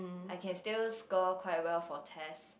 I can still score quite well for test